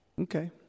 Okay